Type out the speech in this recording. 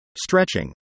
stretching